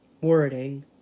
wording